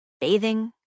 bathing